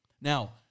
Now